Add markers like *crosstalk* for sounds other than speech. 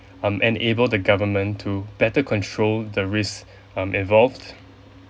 um enable the government to better control the risk *breath* um involved